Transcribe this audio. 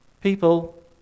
people